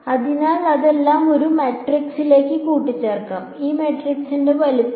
അതിനാൽ അതെല്ലാം ഒരു മാട്രിക്സിലേക്ക് കൂട്ടിച്ചേർക്കാം ഈ മാട്രിക്സിന്റെ വലുപ്പം